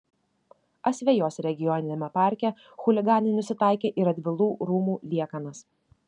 asvejos regioniniame parke chuliganai nusitaikė į radvilų rūmų liekanas